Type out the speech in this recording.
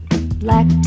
black